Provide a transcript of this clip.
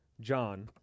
John